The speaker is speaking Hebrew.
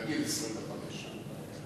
נגיד, 25 שנה.